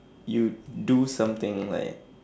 you do something like